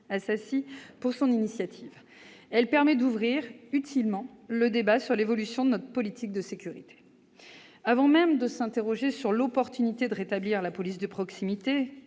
de son initiative. Celle-ci permet d'ouvrir utilement le débat sur l'évolution de notre politique de sécurité. Avant même de s'interroger sur l'opportunité de rétablir la police de proximité,